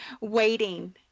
waiting